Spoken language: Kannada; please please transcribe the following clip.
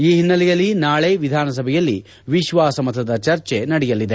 ಈ ಹಿನ್ನೆಲೆಯಲ್ಲಿ ನಾಳೆ ವಿಧಾನಸಭೆಯಲ್ಲಿ ವಿಶ್ವಾಸ ಮತದ ಚರ್ಚೆ ನಡೆಯಲಿದೆ